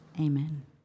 Amen